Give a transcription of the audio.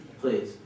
please